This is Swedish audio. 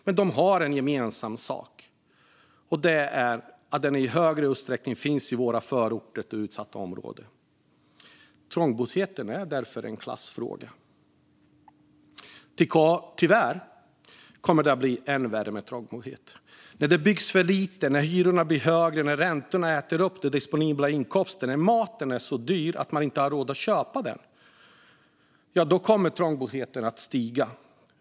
Men de har en sak gemensam; den finns i större utsträckning i våra förorter och utsatta områden. Trångboddhet är därför en klassfråga. Tyvärr kommer det att bli än värre. När det byggs för lite, när hyrorna blir högre, när räntorna äter upp den disponibla inkomsten och när maten är så dyr att man inte har råd att köpa den kommer trångboddheten att öka.